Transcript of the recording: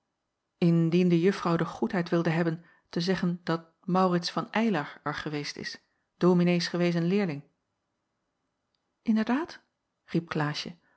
indien de juffrouw de goedheid wilde hebben te zeggen dat maurits van eylar er geweest is dominees gewezen leerling inderdaad riep klaasje